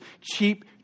cheap